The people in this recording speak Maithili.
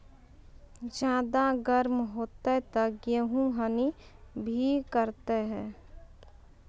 ज्यादा गर्म होते ता गेहूँ हनी भी करता है?